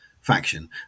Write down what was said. faction